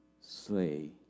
slay